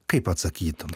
kaip atsakytum